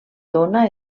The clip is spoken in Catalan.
dóna